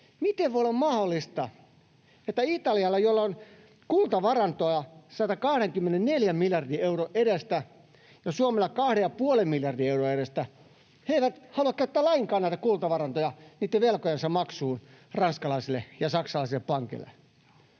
miten voi olla mahdollista, että Italia, jolla on kultavarantoja 124 miljardin euron edestä ja Suomella 2,5 miljardin euron edestä, ei halua käyttää lainkaan näitä kultavarantoja niitten velkojensa maksuun ranskalaisille ja saksalaisille pankeille.